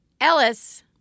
Ellis